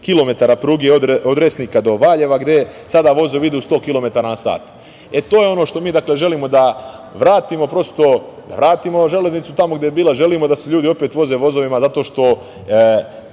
kilometara pruge od Resnika do Valjeva, gde sada vozovi idu 100 kilometara na sat.E, to je ono što mi želimo da vratimo, da vratimo železnicu tamo gde je bila. Želimo da se ljudi opet voze vozovima zato što